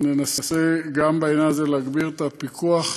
ננסה גם בעניין הזה להגביר את הפיקוח.